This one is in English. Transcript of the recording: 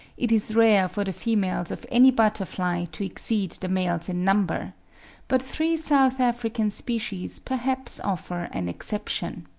it is rare for the females of any butterfly to exceed the males in number but three south african species perhaps offer an exception.